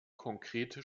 konkrete